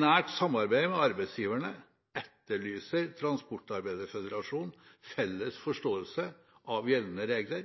nært samarbeid med arbeidsgiverne etterlyser transportarbeiderføderasjonen felles forståelse av gjeldende regler,